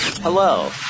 Hello